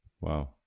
Wow